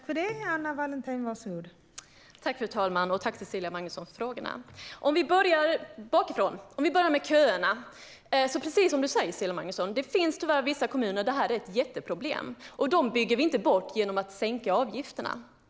Fru talman! Tack, Cecilia Magnusson, för frågorna! Om vi börjar bakifrån, med köerna, finns det tyvärr, precis som du säger, Cecilia Magnusson, vissa kommuner där detta är ett jätteproblem. Och vi bygger inte bort köerna genom att sänka avgifterna.